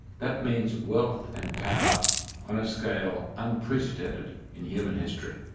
that means wealth and power on a scale unprecedented in human history.